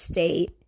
State